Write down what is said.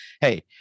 Hey